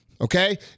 okay